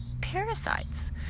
parasites